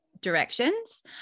directions